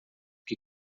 que